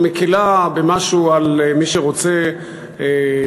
היא מקלה במשהו על מי שרוצה לבנות,